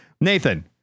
Nathan